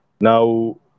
Now